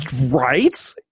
Right